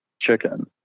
chicken